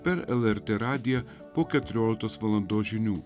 per lrt radiją po keturioliktos valandos žinių